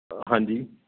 ਹਾਂਜੀ